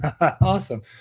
Awesome